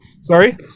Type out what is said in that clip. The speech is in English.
Sorry